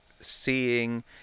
seeing